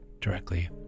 directly